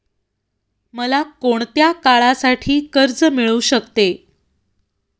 मला कोणत्या काळासाठी कर्ज मिळू शकते?